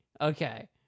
Okay